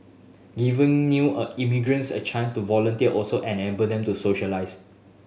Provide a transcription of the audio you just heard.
giving new a immigrants a chance to volunteer also enable them to socialise